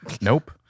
nope